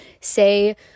say